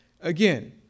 Again